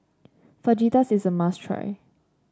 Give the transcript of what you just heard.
Fajitas is a must try